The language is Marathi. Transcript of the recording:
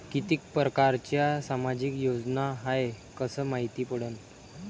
कितीक परकारच्या सामाजिक योजना हाय कस मायती पडन?